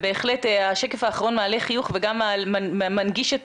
ובהחלט השקף האחרון מעלה חיוך וגם מנגיש את